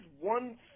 one